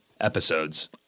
episodes